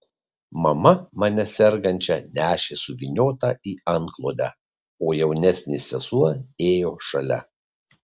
mama mane sergančią nešė suvyniotą į antklodę o jaunesnė sesuo ėjo šalia